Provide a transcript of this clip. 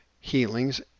healings